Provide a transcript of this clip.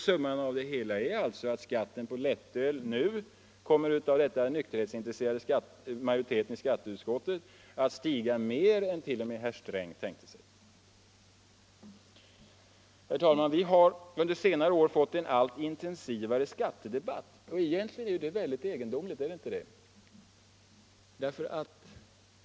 Summan av det hela är alltså att skatten på lättöl nu till följd av agerandet från den nykterhetsintresserade majoriteten i skatteutskottet kommer att stiga mer än t.o.m. herr Sträng tänkte sig. Herr talman! Vi har under senare år fått en allt intensivare skattedebatt. Egentligen är det väldigt egendomligt, eller hur?